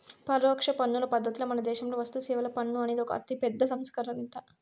పరోక్ష పన్నుల పద్ధతిల మనదేశంలో వస్తుసేవల పన్ను అనేది ఒక అతిపెద్ద సంస్కరనంట